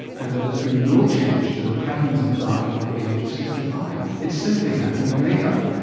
and that there has been no change to the patterns of dying over the age of sixty five, it's simply happening later.